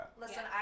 listen